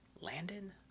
Landon